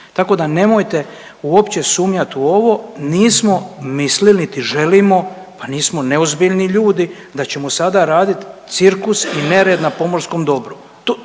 Tako da nemojte uopće sumnjati u ovo, nismo mislili, niti želimo pa nismo neozbiljni ljudi da ćemo sada raditi cirkus i nered na pomorskom dobru.